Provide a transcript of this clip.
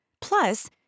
Plus